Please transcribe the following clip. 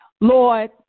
Lord